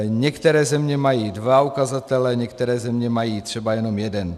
Některé země mají dva ukazatele, některé země mají třeba jenom jeden.